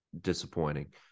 disappointing